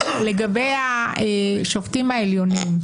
לגבי השופטים העליונים,